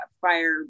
fire